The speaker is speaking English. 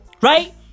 Right